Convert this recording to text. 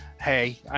Hey